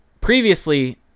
previously